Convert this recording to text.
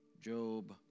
Job